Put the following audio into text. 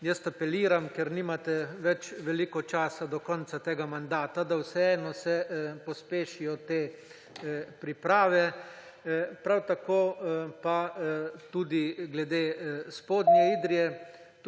Jaz apeliram, ker nimate več veliko časa do konca tega mandata, da se vseeno pospešijo te priprave, prav tako pa tudi glede Spodnje Idrije,